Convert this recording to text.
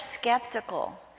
skeptical